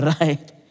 right